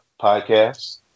Podcast